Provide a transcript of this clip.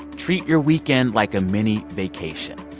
treat your weekend like a mini vacation.